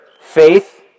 faith